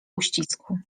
uścisku